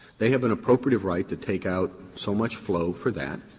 they have an appropriative right to take out so much flow for that.